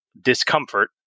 discomfort